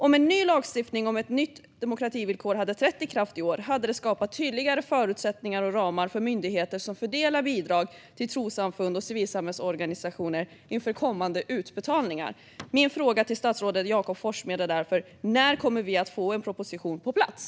Om lagstiftningen om demokrativillkor trätt i kraft i år hade det skapat tydligare förutsättningar och ramar för myndigheter som fördelar bidrag till trossamfund och civilsamhällesorganisationer inför kommande utbetalningar. Min fråga till statsrådet Jakob Forssmed är därför: När kommer vi att få en proposition på plats?